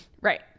Right